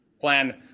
plan